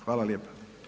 Hvala lijepa.